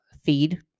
feed